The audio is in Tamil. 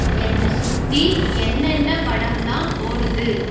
என்ன சுற்றி என்னென்ன படமெலாம் ஓடுது